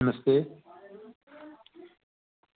नमस्ते